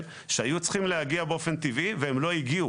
שהיו צריכים להגיע באופן טבעי והם לא הגיעו.